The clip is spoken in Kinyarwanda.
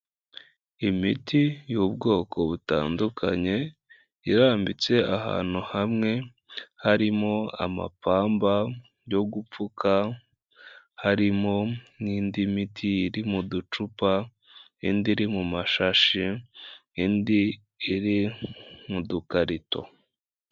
Imiti y'ubwoko butandukanye irambitse ahantu hamwe. harimo amapamba yo gupfuka, harimo n'indi miti iri mu ducupa, indi iri mu mashashi, indi iri mu dukarito.